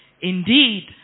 Indeed